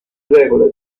regole